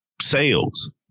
sales